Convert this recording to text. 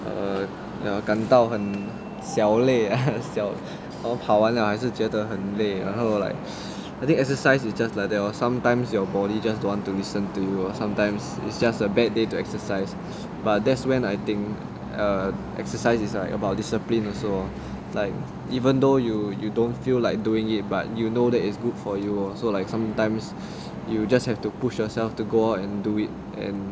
err 感到很小累小跑完了还是觉得很累然后 like I think exercise is just like that lor sometimes your body just don't want to listen to you sometimes it's just a bad day to exercise but that's when I think err exercise is like about discipline also like even though you you don't feel like doing it but you know that it's good for you so like sometimes you just have to push yourself to go and do it and